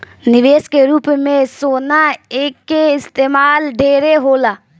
निवेश के रूप में सोना के इस्तमाल ढेरे होला